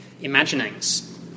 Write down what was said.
imaginings